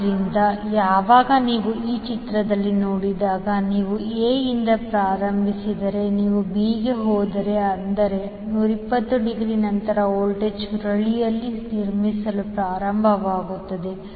ಆದ್ದರಿಂದ ಯಾವಾಗ ನೀವು ಈ ಚಿತ್ರದಲ್ಲಿ ನೋಡಿದಾಗ ನೀವು A ಯಿಂದ ಪ್ರಾರಂಭಿಸಿದರೆ ನೀವು B ಗೆ ಹೋದರೆ ಅಂದರೆ 120 ಡಿಗ್ರಿ ನಂತರ ವೋಲ್ಟೇಜ್ ಸುರುಳಿಯಲ್ಲಿ ನಿರ್ಮಿಸಲು ಪ್ರಾರಂಭವಾಗುತ್ತದೆ